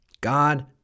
God